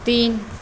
तीन